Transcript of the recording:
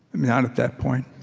not at that point.